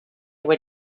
were